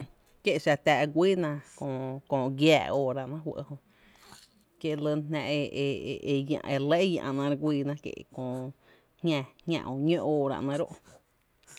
Kié’ xa tⱥⱥ’ guíína köö giⱥⱥ óora ‘néé’ fɇ’ jö kie’ lyna jná e e e llⱥ’na re lɇ re guíí na kie’ kö jñá o ñó óora ‘néé’ ro’.